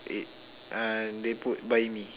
it uh they put buy me